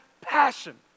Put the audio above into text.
passion